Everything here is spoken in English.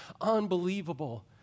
unbelievable